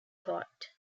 court